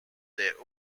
their